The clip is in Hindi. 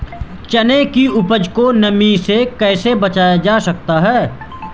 चने की उपज को नमी से कैसे बचाया जा सकता है?